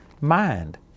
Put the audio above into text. mind